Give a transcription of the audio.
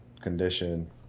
condition